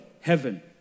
heaven